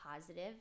positive